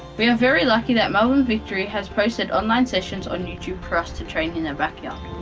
we are very lucky that melbourne victory has posted online sessions on youtube for us to train in our backyard.